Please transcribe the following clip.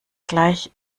gleich